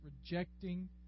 rejecting